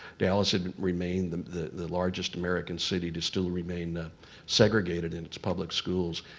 dallas had remained the the largest american city to still remain segregated in its public schools.